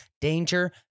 danger